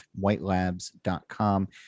whitelabs.com